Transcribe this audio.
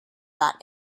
that